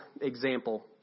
example